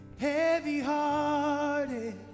heavy-hearted